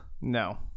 No